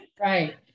right